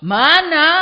Mana